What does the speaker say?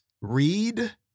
read